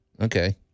okay